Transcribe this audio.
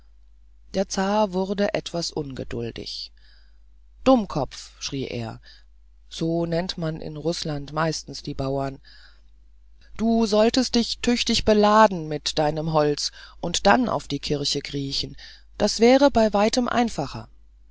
der zar wurde deshalb ungeduldig dummkopf schrie er so nennt man in rußland meistens die bauern du solltest dich tüchtig beladen mit deinem holz und dann auf die kirche kriechen das wäre bei weitem einfacher